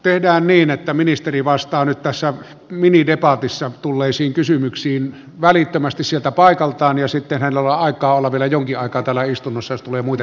tehdään niin että ministeri vastaa nyt tässä minidebatissa tulleisiin kysymyksiin välittömästi sieltä paikaltaan ja sitten hänellä on aikaa olla vielä jonkin aikaa täällä istunnossa jos tulee muita kysymyksiä